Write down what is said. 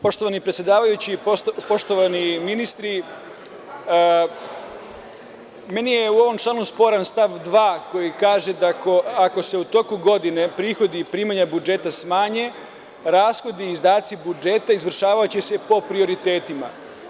Poštovani predsedavajući, poštovani ministri, meni je u ovom članu sporan stav 2. koji kaže – da ako se u toku godine prihodi i primanja budžeta smanje, rashodi i izdaci budžeta izvršavaće se po prioritetima.